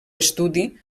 estudi